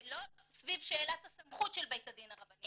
שלא סביב שאלת הסמכות של בית הדין הרבני.